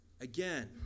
again